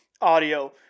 audio